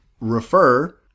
refer